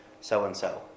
so-and-so